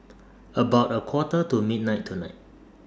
about A Quarter to midnight tonight